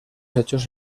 hechos